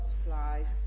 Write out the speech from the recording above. supplies